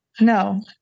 no